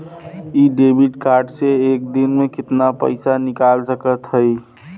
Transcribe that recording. इ debit card से एक दिन मे कितना पैसा निकाल सकत हई?